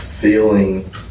feeling